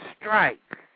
strike